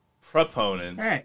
proponents